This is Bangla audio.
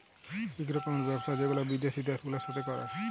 ইক রকমের ব্যবসা যেগুলা বিদ্যাসি দ্যাশ গুলার সাথে ক্যরে